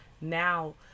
now